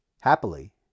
Happily